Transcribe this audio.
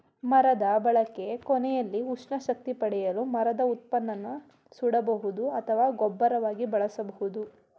ಮರದ ಬಳಕೆ ಕೊನೆಲಿ ಉಷ್ಣ ಶಕ್ತಿ ಪಡೆಯಲು ಮರದ ಉತ್ಪನ್ನನ ಸುಡಬಹುದು ಅಥವಾ ಗೊಬ್ಬರವಾಗಿ ಬಳಸ್ಬೋದು